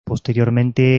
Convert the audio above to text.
posteriormente